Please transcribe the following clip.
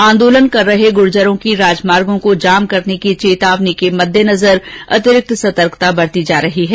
आंदोलनरत गुर्जरों की राजमार्गो को जाम करने की चेतावनी के मद्देनजर अतिरिक्त सतर्कता बरती जा रही है